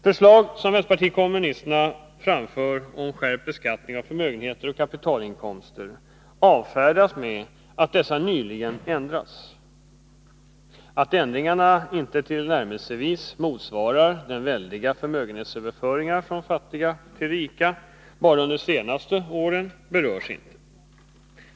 Förslag som vänsterpartiet kommunisterna framför om skärpt beskattning av förmögenheter och kapitalinkomster avfärdas med att dessa nyligen ändrats. Att ändringarna inte tillnärmelsevis motsvarar den väldiga förmögenhetsöverföringen från fattiga till rika, bara under de senaste åren, berörs inte.